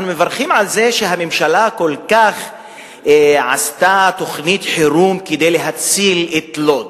אנחנו מברכים על זה שהממשלה כל כך עשתה תוכנית חירום כדי להציל את לוד,